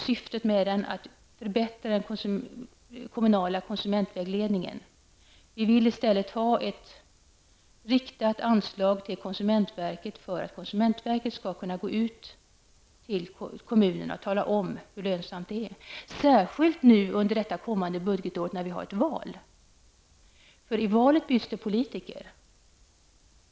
Syftet med den är att förbättra den kommunala konsumentvägledningen. Vi vill i stället ha ett riktat anslag till konsumentverket för att konsumentverket skall kunna gå ut till kommunerna och tala om hur lönsamt det är med en fungerande konsumentupplysning, särskilt nu nästkommande budgetår när vi har ett val. I valet byts många politiker ut.